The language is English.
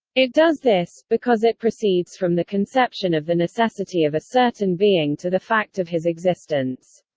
it does this, because it proceeds from the conception of the necessity of a certain being to the fact of his existence.